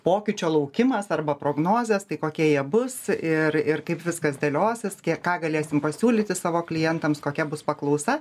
pokyčio laukimas arba prognozės tai kokie jie bus ir ir kaip viskas dėliosis kiek ką galėsim pasiūlyti savo klientams kokia bus paklausa